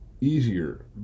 easier